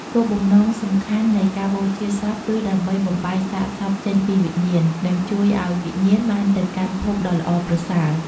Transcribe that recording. គោលបំណងសំខាន់នៃការបូជាសព គឺដើម្បីបំបែកសាកសពចេញពីវិញ្ញាណ ហើយជួយឱ្យវិញ្ញាណបានទៅកាន់ភពដ៏ល្អប្រសើរ។